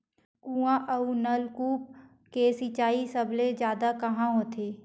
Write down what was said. कुआं अउ नलकूप से सिंचाई सबले जादा कहां होथे?